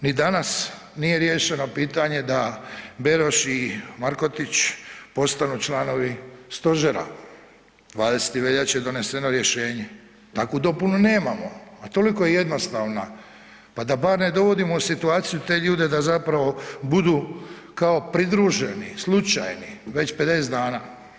Ni danas nije riješeno da Beroš i Markotić postanu članovi stožera, 20. veljače je doneseno rješenje, takvu dopunu nemamo, a toliko je jednostavna pa bar ne dovodimo u situaciju te ljude da zapravo budu kao pridruženi, slučajni već 50 dana.